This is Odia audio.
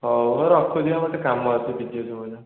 ହେଉ ରଖୁଛି ମୋର ଟିକେ କାମ ଅଛି ବିଜି ଅଛି ମୁଁ ଏହିନା